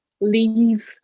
leaves